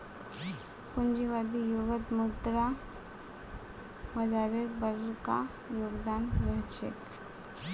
पूंजीवादी युगत मुद्रा बाजारेर बरका योगदान रह छेक